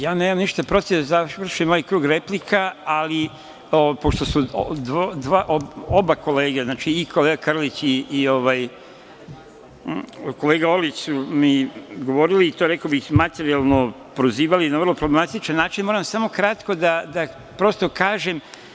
Ja nemam ništa protiv da završimo ovaj krug replika, ali pošto su obe kolege i kolega Krlić i kolega Orlić su mi govorili i to, rekao bih, materijalno prozivali na vrlo problematičan način, moram samo kratko da prosto kažem.